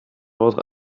ordre